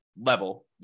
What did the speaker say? level